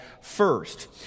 first